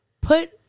Put